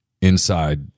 inside